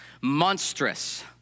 monstrous